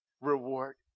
reward